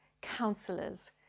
counselors